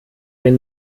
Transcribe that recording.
den